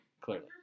Clearly